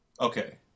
okay